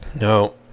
no